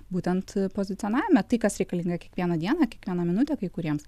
būtent pozicionavime tai kas reikalinga kiekvieną dieną kiekvieną minutę kai kuriems